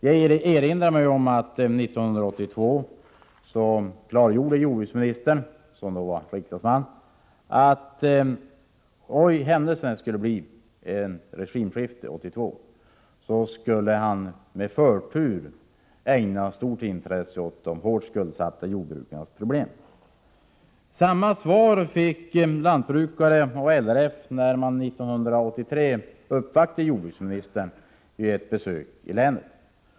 Jag vill erinra om att 1982 klargjorde jordbruksministern, som då var riksdagsman, att i händelse av ett regimskifte 1982 skulle han med förtur ägna stort intresse åt de hårt skuldsatta jordbrukarnas problem. Samma svar fick lantbrukare och LRF när de 1983 uppvaktade jordbruksministern vid ett besök i Norrbottens län.